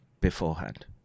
beforehand